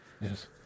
Yes